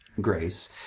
Grace